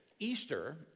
Easter